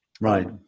Right